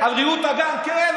על ריהוט הגן כן,